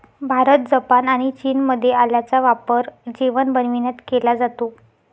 Bharat, Japan आणि चीनमध्ये आल्याचा वापर जेवण बनविण्यात केला जातो